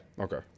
okay